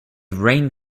rain